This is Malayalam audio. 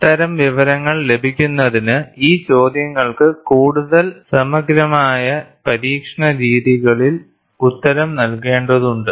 അത്തരം വിവരങ്ങൾ ലഭിക്കുന്നതിന് ഈ ചോദ്യങ്ങൾക്ക് കൂടുതൽ സമഗ്രമായ പരീക്ഷണ രീതികളിൽ ഉത്തരം നൽകേണ്ടതുണ്ട്